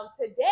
today